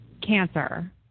cancer